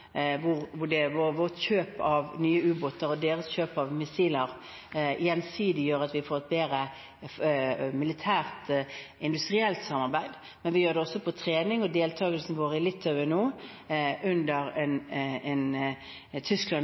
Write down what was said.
hvor vårt kjøp av nye ubåter og deres kjøp av missiler gjensidig gjør at vi får et bedre militært, industrielt samarbeid. Vi gjør det også gjennom trening, og deltakelsen vår i Litauen nå under en